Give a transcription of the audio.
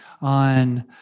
on